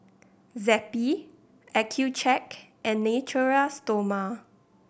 Zappy Accucheck and Natura Stoma